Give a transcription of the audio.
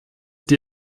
die